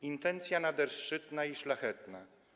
Intencja nader szczytna i szlachetna.